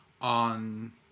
on